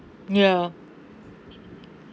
ya